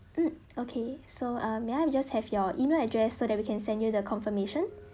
mm okay so uh may I just have your email address so that we can send you the confirmation